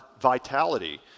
vitality